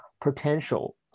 potential